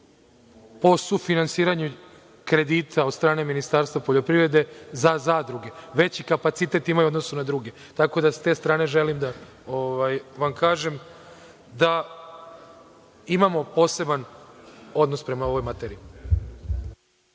po sufinansiranju kredita od strane Ministarstva poljoprivrede za zadruge, veći kapacitet imaju u odnosu na druge, tako da s te strane želim da vam kažem da imamo poseban odnos prema ovoj materiji.(Nenad